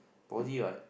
body what